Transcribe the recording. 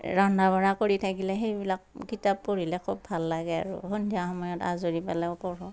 ৰন্ধা বঢ়া কৰি থাকিলে সেইবিলাক কিতাপ পঢ়িলে খুব ভাল লাগে আৰু সন্ধিয়া সময়ত আজৰি পালেও পঢ়ো